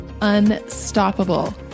unstoppable